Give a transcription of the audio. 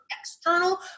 external